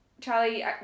Charlie